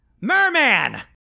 Merman